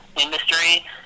industry